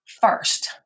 First